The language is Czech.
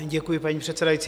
Děkuji, paní předsedající.